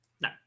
No